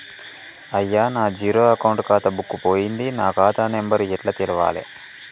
అయ్యా నా zero account ఖాతా బుక్కు పోయింది నా ఖాతా నెంబరు ఎట్ల తెలవాలే?